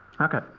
Okay